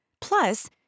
Plus